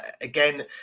again